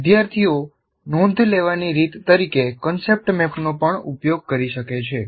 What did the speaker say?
વિદ્યાર્થીઓ નોંધ લેવાની રીત તરીકે કોન્સેપ્ટ મેપનો પણ ઉપયોગ કરી શકે છે